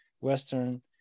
western